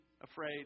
afraid